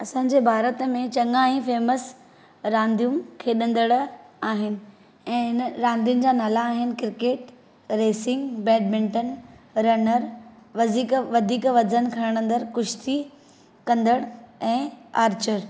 असांजे भारत में चंगा ई फेमस रांदियूं खेॾंदड़ आहिनि ऐं हिन रांदियुनि जा नाला आहिनि क्रिकेट रेसिंग बेडमिंटन रनर वधीक वज़न खणंदड़ कुश्ती कंदड़ ऐं आर्चर